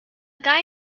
guy